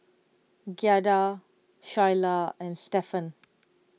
Giada Shyla and Stephan